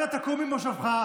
אנא תקום ממושבך,